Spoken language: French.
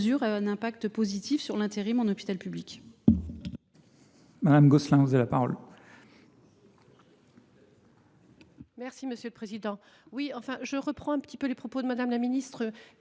a un impact positif sur l’intérim à l’hôpital public.